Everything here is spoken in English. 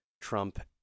Trump